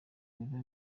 biba